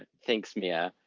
thanks, mia.